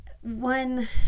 one